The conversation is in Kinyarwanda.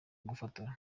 gufotora